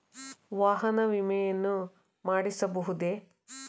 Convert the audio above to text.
ವಾಹನದ ವಿಮೆಯನ್ನು ಮಾಡಿಸಬಹುದೇ?